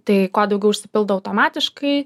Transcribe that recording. tai ko daugiau užsipildo automatiškai